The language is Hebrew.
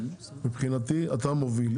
מבחינתי אתה המוביל.